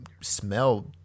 smell